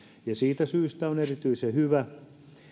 ja siitä syystä on erityisen hyvä